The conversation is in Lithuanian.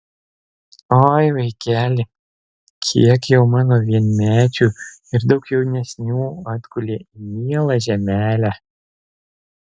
oi vaikeli kiek jau mano vienmečių ir daug jaunesnių atgulė į mielą žemelę